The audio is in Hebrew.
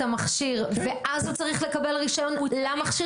המכשיר ואז הוא צריך לקבל רישיון למכשיר?